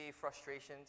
frustrations